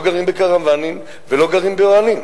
לא גרים בקרוונים ולא גרים באוהלים.